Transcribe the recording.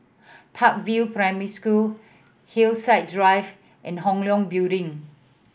Park View Primary School Hillside Drive and Hong Leong Building